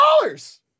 dollars